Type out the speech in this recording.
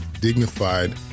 dignified